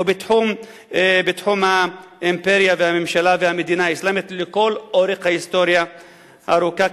או בתחום האימפריה והממשלה והמדינה האסלאמית לכל אורך ההיסטוריה הארוכה,